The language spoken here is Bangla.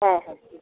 হ্যাঁ হ্যাঁ ঠিক